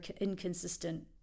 inconsistent